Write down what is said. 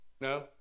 No